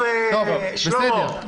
טוב, שלמה.